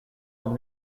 her